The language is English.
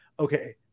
okay